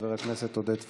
חבר הכנסת עודד פורר,